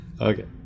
Okay